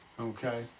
Okay